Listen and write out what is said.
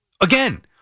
Again